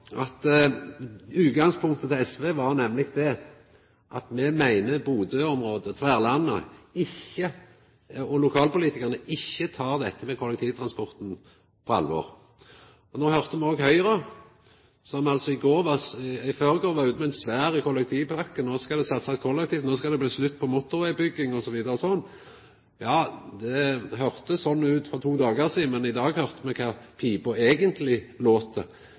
regjeringa. Utgangspunktet til SV var nemleg det at me meiner at Bodø-området, Tverlandet, og lokalpolitikarane ikkje tek dette med kollektivtransporten på alvor. No høyrde me òg Høgre, som i forgårs var ute med ei svær kollektivpakke – no skal det satsast kollektivt, no skal det bli slutt på motorvegbygging, osv. Ja, det høyrdest slik ut for to dagar sidan, men i dag høyrde me korleis pipa eigentleg